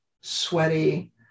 sweaty